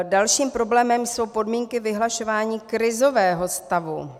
Dalším problémem jsou podmínky vyhlašování krizového stavu.